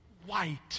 white